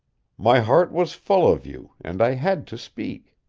my heart was full of you and i had to speak.